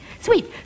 Sweet